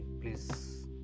Please